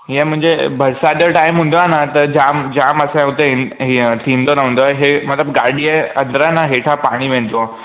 हीअं मुंहिंजे बरसाति जो टाइम हूंदो आहे न त जामु जामु असां हुते हीअं थींदो रहंदो आहे मतलबु गाॾीअ अंदिरां हेठां पाणी वेंदो आहे